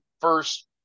first